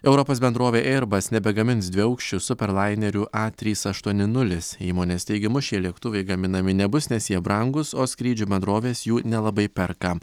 europos bendrovė airbus nebegamins dviaukščių superlainerių a trys aštuoni nulis įmonės teigimu šie lėktuvai gaminami nebus nes jie brangūs o skrydžių bendrovės jų nelabai perka